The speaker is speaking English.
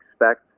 expect